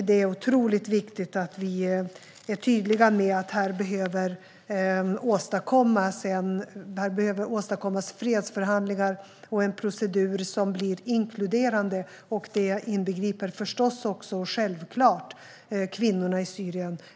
Det är otroligt viktigt att vi är tydliga med att det behöver åstadkommas fredsförhandlingar och en inkluderande procedur. Det inbegriper självklart också kvinnorna i Syrien.